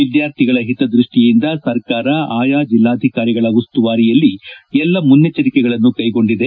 ವಿದ್ವಾರ್ಥಿಗಳ ಹಿತದ್ದಷ್ಟಿಯಿಂದ ಸರಕಾರ ಆಯಾ ಜಿಲ್ಲಾಧಿಕಾರಿಗಳ ಉಸ್ತುವಾರಿಯಲ್ಲಿ ಎಲ್ಲ ಮನ್ನೆಚ್ಗರಿಕೆಗಳನ್ನು ಕ್ಷೆಗೊಂಡಿದೆ